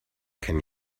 can